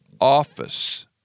office